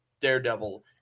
Daredevil